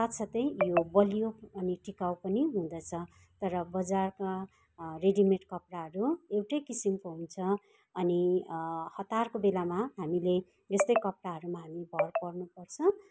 सात सातै यो बलियो अनि टिकाउ पनि हुँदछ तर बजारका रेडिमेट कपडाहरू एउटै किसिमको हुन्छ अनि हतारको बेलामा हामीले यस्तै कपडाहरूमा हामी भर पर्नुपर्छ